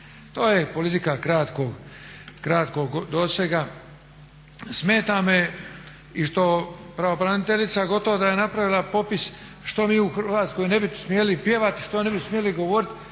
To je politika kratkog dosega. Smeta me i što pravobraniteljica gotovo da je napravila popis što mi u Hrvatskoj ne bi smjeli pjevati, što ne bi smjeli govorit,